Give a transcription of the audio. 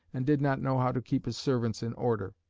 and did not know how to keep his servants in order.